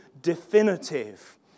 definitive